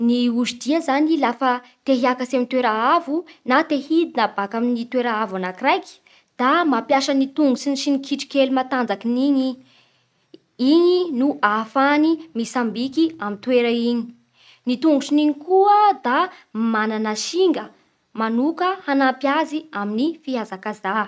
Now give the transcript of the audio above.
Ny osy dia zany lafa te hiakatry amy toera avo na te hidina abaka amin'ny toera avo anakiraiky da mampiasa ny tongotry sy ny kitrokely matanjakin'igny i. Igny no ahafahany mitsambiky amy toera igny. Ny tongotrin'igny koa da manana singa manoka hanampy azy amin'ny fihazakazaha.